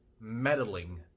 Meddling